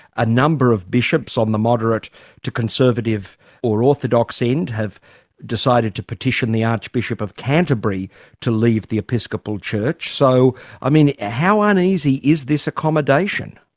a number of bishops on the moderate to conservative or orthodox end have decided to petition the archbishop of canterbury to leave the episcopal church, so i mean, how uneasy is this accommodation?